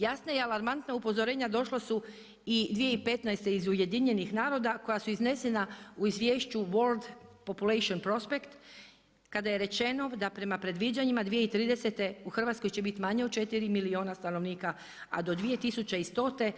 Jasna i alarmantna upozorenja došla su i 2015. iz UN-a koja su iznesena u izvješću World population prospects kada je rečeno da prema predviđanjima 2030. u Hrvatskoj će biti manje od 4 milijuna stanovnika a do 2100.